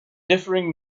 differing